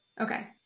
okay